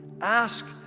ask